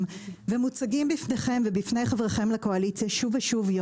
אותם והם מוצגים בפניכם ובפני חבריכם לקואליציה שוב ושוב.